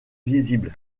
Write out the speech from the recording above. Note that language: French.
visible